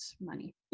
money